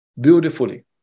beautifully